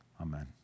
Amen